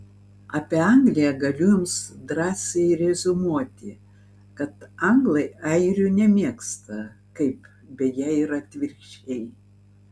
apie angliją galiu jums drąsiai reziumuoti kad anglai airių nemėgsta kaip beje ir atvirkščiai